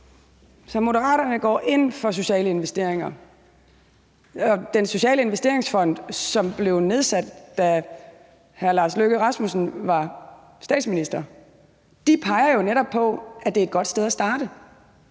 Så Moderaterne går ind for sociale investeringer. Den Sociale Investeringsfond, som blev nedsat, da hr. Lars Løkke Rasmussen var statsminister, peger jo netop på, at det er et godt sted at starte.